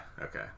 okay